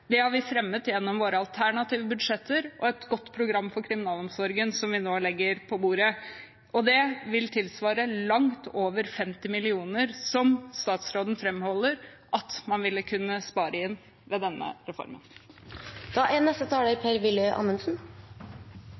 Det har vi fremmet gjennom våre alternative budsjetter og et godt program for kriminalomsorgen, som vi nå legger på bordet, og det vil tilsvare langt over 50 mill. kr, som statsråden framholder at man ville kunne spare inn ved denne